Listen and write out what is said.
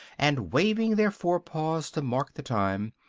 and waving their fore-paws to mark the time,